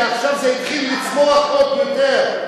למה לא אמרת, כי עכשיו זה התחיל לצמוח עוד יותר.